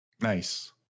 Nice